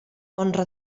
honra